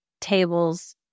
tables